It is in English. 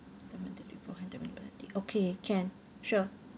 submit this before with penalty okay can sure